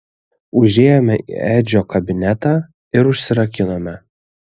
užėjome į edžio kabinetą ir užsirakinome